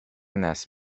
نصب